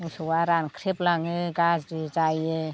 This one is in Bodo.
मोसौआ रानख्रेबलाङो गाज्रि जायो